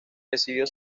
recibió